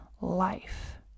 life